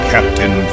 Captain